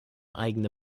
eigene